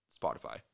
Spotify